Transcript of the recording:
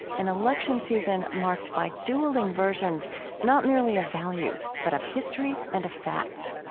an election season marked by dueling versions not merely of values, but of history, and of facts.